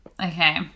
okay